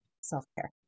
self-care